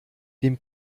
dem